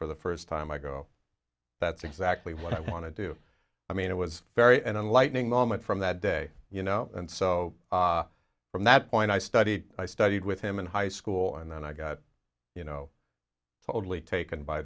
for the first time i go that's exactly what i want to do i mean it was very enlightening moment from that day you know and so from that point i studied i studied with him in high school and then i got you know totally taken by